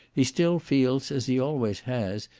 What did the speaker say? he still feels, as he always has,